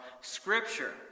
Scripture